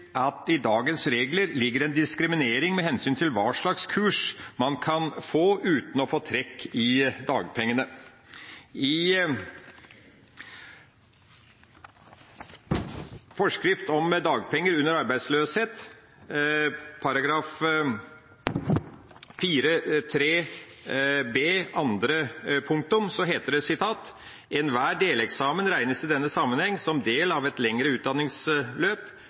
i dagens regler ligger en diskriminering med hensyn til hva slags kurs man kan ta uten å få trekk i dagpengene. I forskrift om dagpenger under arbeidsløshet § 4.3 b) annet ledd heter det: «Enhver deleksamen regnes i denne sammenheng som del av et lengre utdanningsløp.